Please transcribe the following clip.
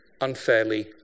unfairly